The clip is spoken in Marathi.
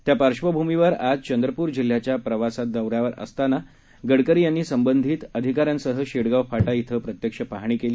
त्यापार्श्वभूमीवरआजचंद्रपूरजिल्ह्याच्याप्रवासदौऱ्यावरअसतानागडकरीयांनीसंबंधितअधिका ज्यांसहशेडगावफाटाइथंप्रत्यक्षपाहणीकेली